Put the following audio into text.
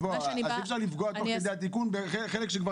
אז אי אפשר לפגוע תוך כדי התיקון בחלק שכבר